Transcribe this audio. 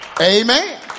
Amen